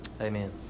Amen